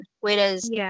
Whereas